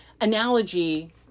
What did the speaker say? analogy